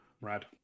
Rad